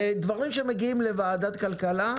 דברים שמגיעים לוועדת כלכלה,